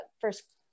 first